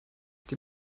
die